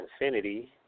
infinity